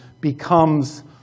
becomes